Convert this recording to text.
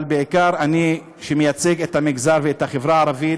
אבל בעיקר אני, שמייצג את המגזר ואת החברה הערבית,